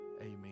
amen